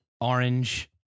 orange